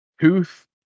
Tooth